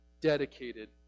dedicated